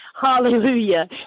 hallelujah